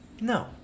No